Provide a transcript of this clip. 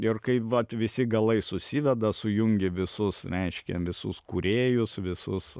ir kai vat visi galai susiveda sujungi visus reiškia visus kūrėjus visus